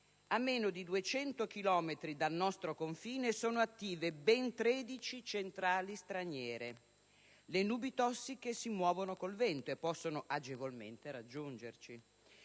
a meno di 200 chilometri dal nostro confine sono attive ben 13 centrali straniere. Le nubi tossiche si muovono con il vento e possono agevolmente raggiungerci.